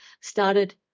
started